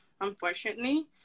unfortunately